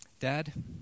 Dad